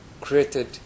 created